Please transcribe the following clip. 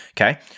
okay